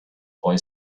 boy